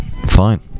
Fine